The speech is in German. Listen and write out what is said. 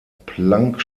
planck